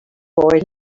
boy